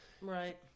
Right